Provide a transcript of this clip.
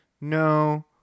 no